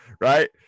right